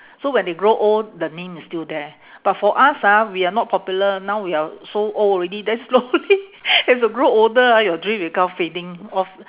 so when they grow old the name is still there but for us ah we are not popular now we are so old already then slowly as you grow older ah your dream become fading off